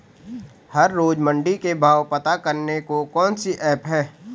हर रोज़ मंडी के भाव पता करने को कौन सी ऐप है?